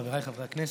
חבריי חברי הכנסת,